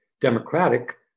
democratic